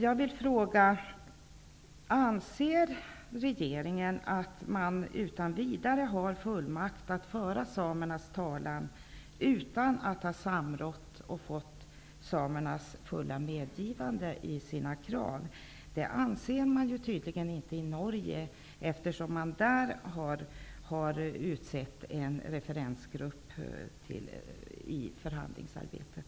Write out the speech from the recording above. Jag vill fråga: Anser regeringen att man utan vidare har fullmakt att föra samernas talan, utan att ha samrått och fått samernas fulla medgivande? Det anser man tydligen inte i Norge, eftersom man där har tillsatt en referensgrupp som skall delta i förhandlingsarbetet.